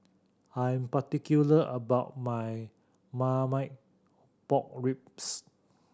I'm particular about my Marmite Pork Ribs